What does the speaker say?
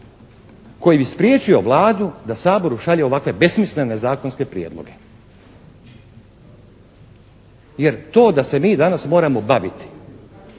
koji bi spriječio Vladu da Saboru šalje ovakve besmislene zakonske prijedloge. Jer to da se mi danas moramo baviti